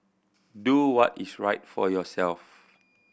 do what is right for yourself